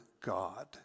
God